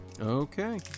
Okay